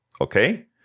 okay